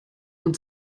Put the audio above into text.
und